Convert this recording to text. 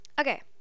Okay